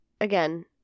Again